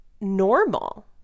normal